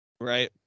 right